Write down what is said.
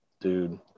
dude